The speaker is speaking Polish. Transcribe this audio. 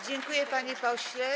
Dziękuję, panie pośle.